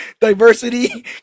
diversity